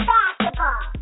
Basketball